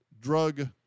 drug